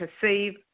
perceive